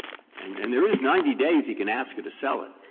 and and there is ninety days he can ask her to sell it.